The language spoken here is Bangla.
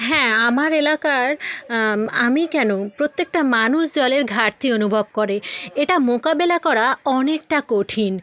হ্যাঁ আমার এলাকার আমি কেন প্রত্যেকটা মানুষ জলের ঘাটতি অনুভব করে এটা মোকাবিলা করা অনেকটা কঠিন